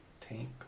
tank